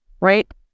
right